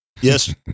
yes